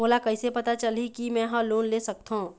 मोला कइसे पता चलही कि मैं ह लोन ले सकथों?